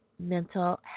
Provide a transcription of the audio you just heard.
mental